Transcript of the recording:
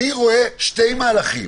אני רואה שני מהלכים.